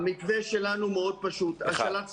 המתווה שלנו הוא פשוט מאוד השאלת ספרים,